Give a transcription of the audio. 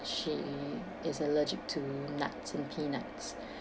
she is allergic to nuts and peanuts